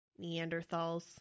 Neanderthals